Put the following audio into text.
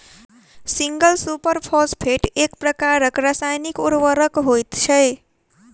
single super phosphate एक प्रकारक रासायनिक उर्वरक होइत छै